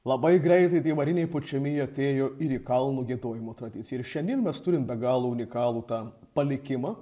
labai greitai variniai pučiamieji atėjo ir į kalnų giedojimo tradiciją ir šiandien mes turim be galo unikalų tą palikimą